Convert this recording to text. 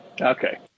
okay